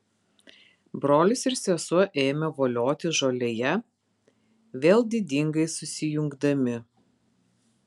brolis ir sesuo ėmė voliotis žolėje vėl didingai susijungdami